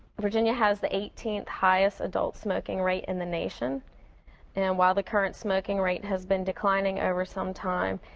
virginia has the eighteenth highest adult smoking rate in the nation and while the current smoking rate has been declining over some time,